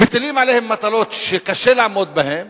מטילים עליהן מטלות שקשה לעמוד בהן,